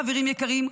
חברים יקרים,